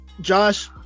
Josh